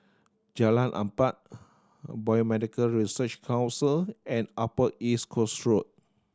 Jalan Empat Biomedical Research Council and Upper East Coast Road